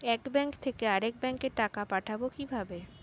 এক ব্যাংক থেকে আরেক ব্যাংকে টাকা পাঠাবো কিভাবে?